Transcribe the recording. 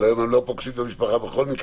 אבל היום הם לא פוגשים את המשפחה בכל מקרה,